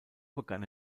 begann